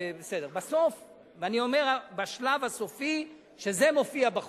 בסוף, בשלב הסופי, שזה מופיע בחוק,